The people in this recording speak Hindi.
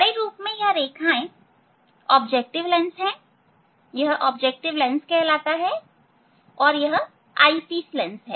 बड़े रूप में और यह रेखाएं ऑब्जेक्टिव लेंस है यह ऑब्जेक्टिव लेंस कहलाता है और यह आई पीस लेंस है